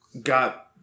got